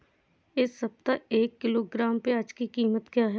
इस सप्ताह एक किलोग्राम प्याज की कीमत क्या है?